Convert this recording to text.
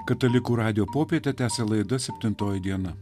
katalikų radijo popietę tęsia laida septintoji diena